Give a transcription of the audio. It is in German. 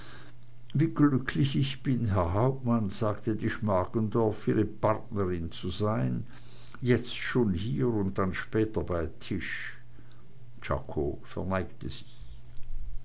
wie glücklich ich bin herr hauptmann sagte die schmargendorf ihre partnerin zu sein jetzt schon hier und dann später bei tisch czako verneigte sich